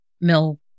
mill